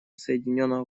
соединенного